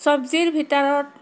চব্জিৰ ভিতৰত